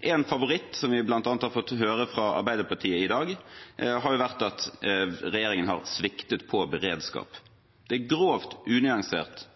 En favoritt som vi bl.a. har fått høre fra Arbeiderpartiet i dag, har vært at regjeringen har sviktet på beredskap. Det er grovt unyansert,